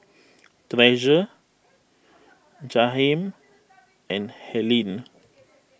Treasure Jaheim and Helene